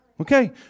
Okay